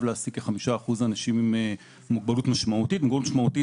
להעסיק כ-5% אנשים עם מוגבלות משמעותית.